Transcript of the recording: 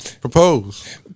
propose